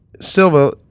Silva